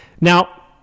Now